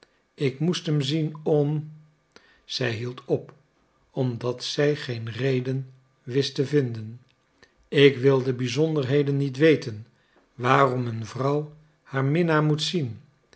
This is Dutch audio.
ik moest hem zien om zij hield op omdat zij geen reden wist te vinden ik wil de bizonderheden niet weten waarom een vrouw haar minnaar moet zien